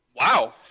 Wow